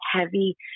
heavy